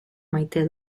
maite